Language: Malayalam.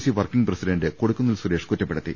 C working president Kodikunnil Suresh കുറ്റപ്പെടുത്തി